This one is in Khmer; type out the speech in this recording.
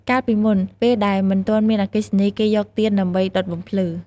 កាលពីមុន ពេលដែលមិនទាន់មានអគ្គិសនី គេយកទៀនដើម្បីដុតបំភ្លឺ។